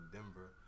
Denver